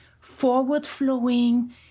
forward-flowing